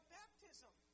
baptism